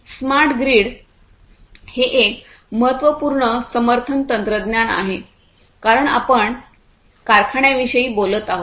smart grid हे एक महत्त्वपूर्ण समर्थन तंत्रज्ञान आहे कारण आपण कारखान्यांविषयी बोलत आहोत